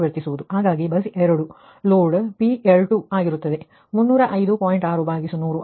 ಹಾಗಾಗಿ bus two load P L2 ಆಗಿರುತ್ತದೆ